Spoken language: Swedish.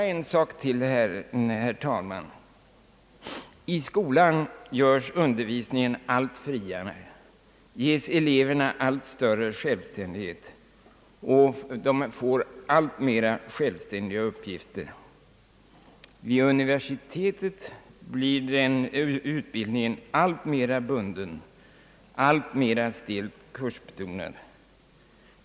Låt mig, herr talman, bara ta upp ännu en sak. I skolan görs undervisningen allt friare och eleverna ges allt större självständighet och allt mera självständiga uppgifter. Vid universitetet blir utbildningen allt mera bunden och stelt kursbetonad.